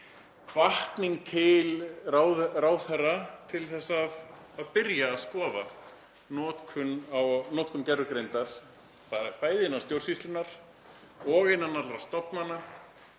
hvatning til ráðherra til að byrja að skoða notkun gervigreindar, bæði innan stjórnsýslunnar og innan allra stofnana